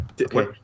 Okay